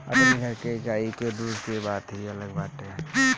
अपनी घर के गाई के दूध के बात ही अलग बाटे